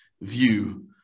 view